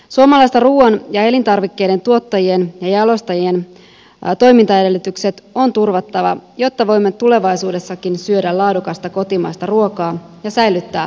suomalaisten ruuan ja elintarvikkeiden tuottajien ja jalostajien toimintaedellytykset on turvattava jotta voimme tulevaisuudessakin syödä laadukasta kotimaista ruokaa ja säilyttää alan työpaikat